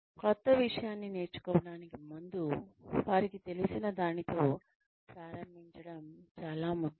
క్రొత్త విషయాన్ని నేర్చుకోవటానికి ముందు వారికి తెలిసిన దానితో ప్రారంభించడం చాలా ముఖ్యం